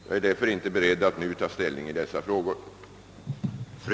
Jag är inte beredd att nu ta ställning i dessa frågor.